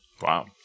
Wow